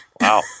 Wow